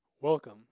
Welcome